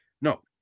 No